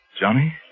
Johnny